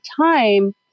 time